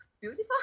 beautiful